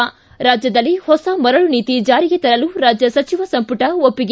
ಿ ರಾಜ್ಯದಲ್ಲಿ ಹೊಸ ಮರಳು ನೀತಿ ಜಾರಿಗೆ ತರಲು ರಾಜ್ಯ ಸಚಿವ ಸಂಪುಟ ಒಪ್ಪಿಗೆ